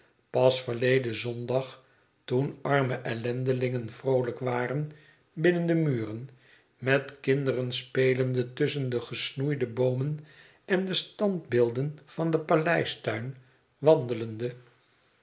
pas verleden zondag toen arme ellendelingen vroolijk waren binnen de muren met kinderen spelende tusschen de gesnoeide boomen en de standbeelden van den paleistuin wandelende